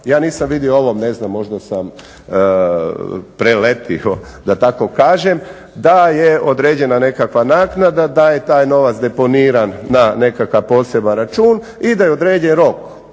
Ja nisam vidio ovo, ne znam možda sam preletio da tako kažem da je određena nekakva naknada, da je taj novac deponiran na nekakav poseban račun i da je određen rok